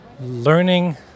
learning